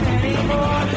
anymore